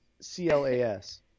C-L-A-S